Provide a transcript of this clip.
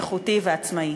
איכותי ועצמאי.